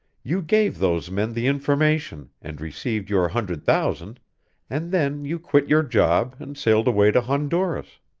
you gave those men the information and received your hundred thousand and then you quit your job and sailed away to honduras.